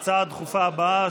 ההצעה הדחופה הבאה,